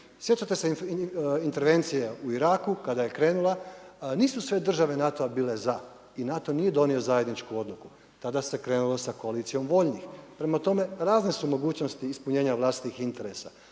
Sjećate se intervencije u Iraku, kada je krenula, nisu sve države NATO-a bilo za, jer NATO nije donio zajedničku odluku. Tada se krenulo sa koalicijom voljnih. Prema tome razne su mogućnosti ispunjena vlastitih interesa,